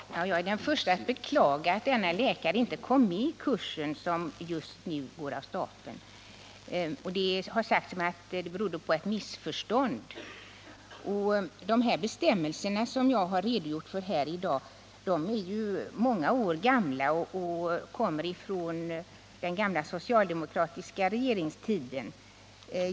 Herr talman! Jag är den första att beklaga att denne läkare inte kom med i den kurs som nu just går av stapeln. Det har sagts mig att det berodde på ett missförstånd. De bestämmelser som jag nyss redogjort för tillkom ju för många år sedan under den socialdemokratiska regeringens tid.